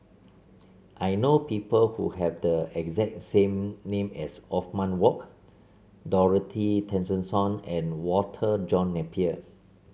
I know people who have the exact same name as Othman Wok Dorothy Tessensohn and Walter John Napier